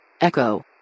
Echo